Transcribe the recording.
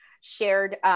shared